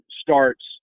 starts